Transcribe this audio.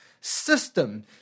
system